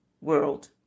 world